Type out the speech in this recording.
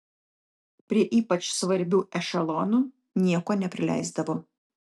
prie ypač svarbių ešelonų nieko neprileisdavo